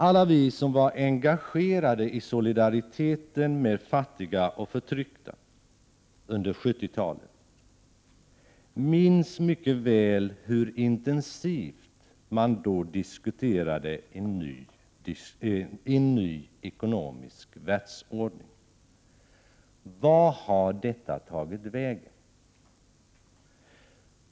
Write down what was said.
Alla vi som var engagerade i solidariteten med fattiga och förtryckta under 70-talet minns mycket väl hur intensivt man då diskuterade en ny ekonomisk världsordning. Vart har detta tagit vägen?